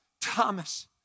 Thomas